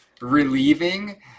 relieving